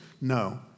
No